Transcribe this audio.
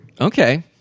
Okay